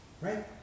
Right